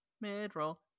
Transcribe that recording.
mid-roll